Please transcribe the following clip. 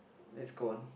let's go on